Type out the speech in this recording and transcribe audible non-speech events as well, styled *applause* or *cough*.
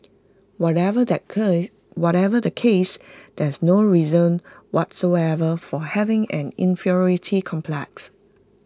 whatever the *unintelligible* whatever the case there's no reason whatsoever for having an inferiority complex